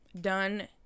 done